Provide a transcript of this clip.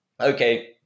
okay